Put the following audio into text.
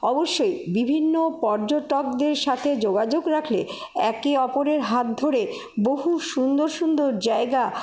অবশ্যই বিভিন্ন পর্যটকদের সাথে যোগাযোগ রাখলে একে অপরের হাত ধরে বহু সুন্দর সুন্দর জায়গা